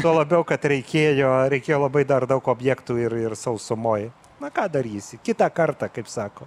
tuo labiau kad reikėjo reikėjo labai dar daug objektų ir ir sausumoj na ką darysi kitą kartą kaip sako